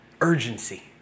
urgency